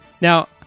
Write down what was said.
Now